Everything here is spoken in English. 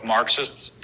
Marxists